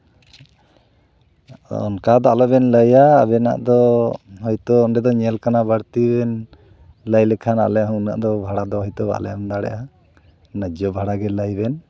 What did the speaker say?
ᱚᱱᱠᱟ ᱫᱚ ᱟᱞᱚᱵᱮᱱ ᱞᱟᱹᱭᱟ ᱟᱵᱮᱱᱟᱜ ᱫᱚ ᱦᱳᱭᱛᱳ ᱚᱸᱰᱮ ᱫᱚ ᱧᱮᱞ ᱠᱟᱱᱟ ᱵᱟᱹᱲᱛᱤ ᱞᱟᱹᱭ ᱞᱮᱠᱷᱟᱱ ᱟᱞᱮ ᱦᱚᱸ ᱩᱱᱟᱹᱜ ᱫᱚ ᱵᱷᱟᱲᱟ ᱫᱚ ᱦᱳᱭᱛᱳ ᱵᱟᱞᱮ ᱮᱢ ᱫᱟᱲᱮᱭᱟᱜᱼᱟ ᱱᱟᱡᱽᱡᱷᱚ ᱵᱷᱟᱲᱟ ᱜᱮ ᱞᱟᱹᱭ ᱵᱮᱱ